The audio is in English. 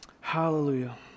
Hallelujah